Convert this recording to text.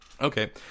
Okay